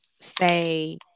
say